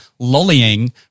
lollying